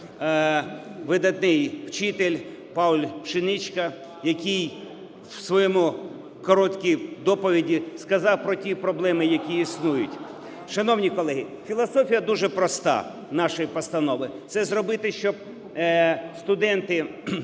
видатний вчитель ПаульПшенічка, який в своїй короткій доповіді сказав про ті проблеми, які існують. Шановні колеги, філософія дуже проста нашої постанови – це зробити, щоб студенти